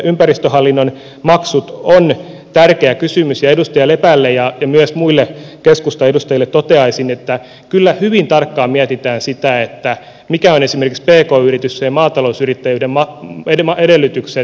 ympäristöhallinnon maksut on tärkeä kysymys ja edustaja lepälle ja myös muille keskustan edustajille toteaisin että kyllä hyvin tarkkaan mietitään sitä mitkä ovat esimerkiksi pk yritysten ja maatalousyrittäjyyden edellytykset